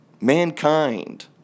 mankind